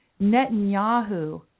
Netanyahu